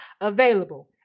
available